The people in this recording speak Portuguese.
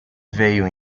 veio